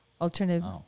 alternative